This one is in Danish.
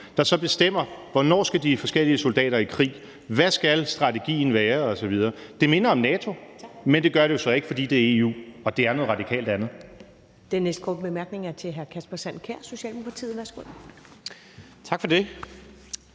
der så bestemmer, hvornår de forskellige soldater skal i krig, hvad strategien skal være osv. Det minder om NATO, men det er det jo så ikke, fordi det er EU, og det er noget radikalt andet.